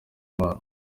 imana